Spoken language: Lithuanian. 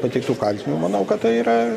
pateiktų kaltinimų manau kad tai yra